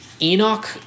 enoch